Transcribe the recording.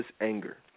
anger